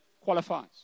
qualifies